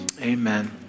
amen